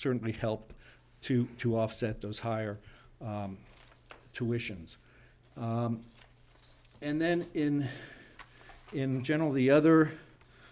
certainly help to to offset those higher tuitions and then in in general the other